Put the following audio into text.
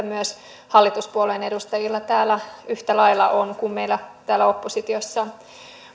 myös hallituspuolueen edustajilla on yhtä lailla kuin meillä täällä oppositiossa